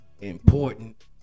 important